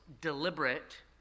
deliberate